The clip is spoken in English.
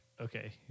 okay